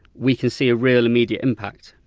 we can see a real immediate impact.